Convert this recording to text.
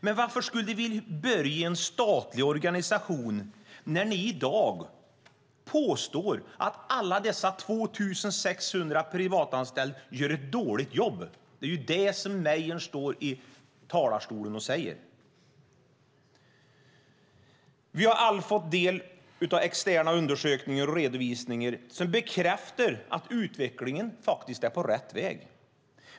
Men varför skulle de vilja börja i en statlig organisation när ni i dag påstår att alla dessa 2 600 privatanställda gör ett dåligt jobb? Det är ju det som Mejern Larsson står i talarstolen och säger. Vi har alla fått ta del av externa undersökningar och redovisningar som bekräftar att utvecklingen är på rätt väg.